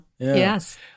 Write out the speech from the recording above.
Yes